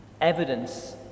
evidence